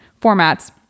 formats